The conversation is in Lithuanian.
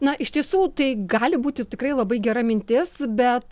na iš tiesų tai gali būti tikrai labai gera mintis bet